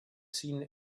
seen